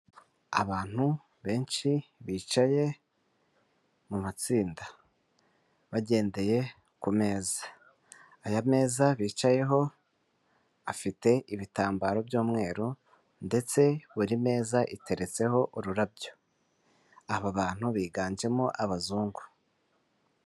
Abantu benshi bicaye mu matsinda bagendeye ku meza, aya meza bicayeho afite ibitambaro by'umweru ndetse buri meza iteretseho ururabyo, aba bantu biganjemo abazungu.